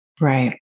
Right